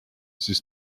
siis